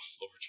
Lord